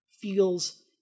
feels